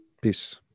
Peace